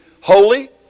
holy